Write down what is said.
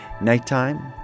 nighttime